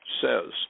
says